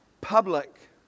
public